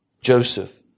Joseph